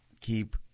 keep